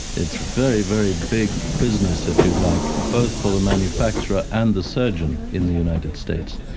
it's a very, very big business, if you like, both for the manufacturer and the surgeon in the united states.